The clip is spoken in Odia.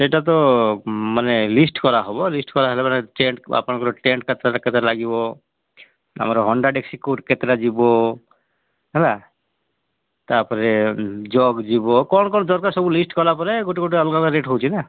ସେଇଟା ତ ମାନେ ଲିଷ୍ଟ୍ କରାହେବ ଲିଷ୍ଟ୍ କରାହେଲେ ମାନେ ଟେଣ୍ଟ୍ ଆପଣଙ୍କର ଟେଣ୍ଟ୍ କେତେଟା କେତେଟା ଲାଗିବ ଆମର ହଣ୍ଡା ଡେକ୍ଚି କୁଡ଼ କେତେଟା ଯିବ ହେଲା ତା'ପରେ ଜଗ୍ ଯିବ କ'ଣ କ'ଣ ଦରକାର ସବୁ ଲିଷ୍ଟ୍ କଲାପରେ ଗୋଟେ ଗୋଟେ ଅଲଗା ଅଲଗା ରେଟ୍ ହେଉଛି ନା